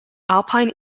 alpine